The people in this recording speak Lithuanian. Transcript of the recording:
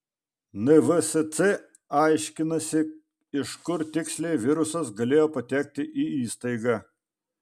nvsc aiškinasi iš kur tiksliai virusas galėjo patekti į įstaigą